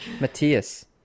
Matthias